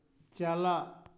ᱪᱟᱞᱟᱜ